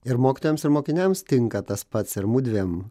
ir mokytojams ir mokiniams tinka tas pats ir mudviem